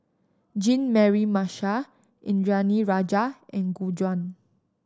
Jean Mary Marshall Indranee Rajah and Gu Juan